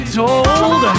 told